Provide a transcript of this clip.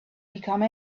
become